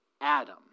Adam